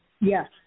yes